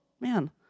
man